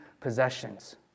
possessions